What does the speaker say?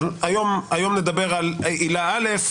אז היום נדבר על עילה א',